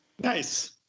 Nice